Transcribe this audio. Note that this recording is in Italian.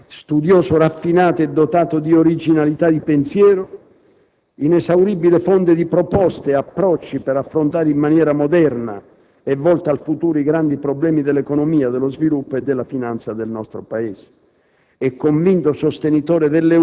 Brillante economista, studioso raffinato e dotato di originalità di pensiero, inesauribile fonte di proposte e approcci per affrontare in maniera moderna e volta al futuro i grandi problemi dell'economia, dello sviluppo e della finanza del nostro Paese